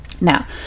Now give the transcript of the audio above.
now